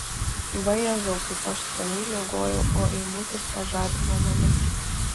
vajezau kaip aš skaniai miegojau o eimutis pažadino mane